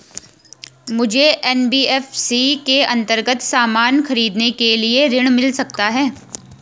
मुझे एन.बी.एफ.सी के अन्तर्गत सामान खरीदने के लिए ऋण मिल सकता है?